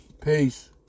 Peace